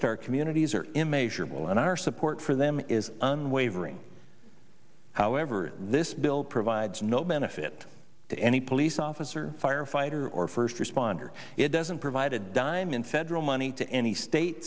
our communities are immeasurable and our support for them is unwavering however this bill provides no benefit to any police officer firefighter or first responders it doesn't provide a dime in federal money to any state